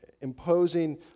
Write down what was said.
imposing